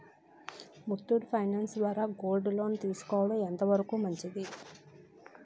Muthoot finance ద్వారా gold loan తీసుకోవడం ఎంత వరకు మంచిది?